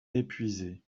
épuisé